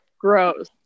Gross